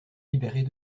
libérer